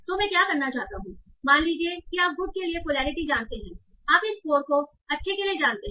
तो मैं क्या करना चाहता हूँ मान लीजिए कि आप गुड के लिए पोलैरिटी जानते हैं आप इस स्कोर को अच्छे के लिए जानते हैं